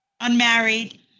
unmarried